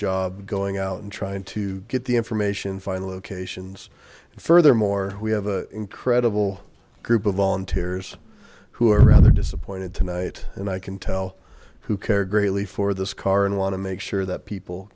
job going out and trying to get the information find locations and furthermore we have an incredible group of volunteers who are rather disappointed tonight and i can tell who cared greatly for this car and want to make sure that people